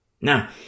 Now